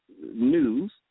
news